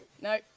no